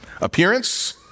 Appearance